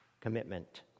Commitment